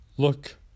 Look